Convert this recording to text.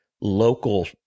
local